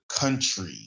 country